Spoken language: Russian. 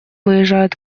выезжает